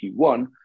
Q1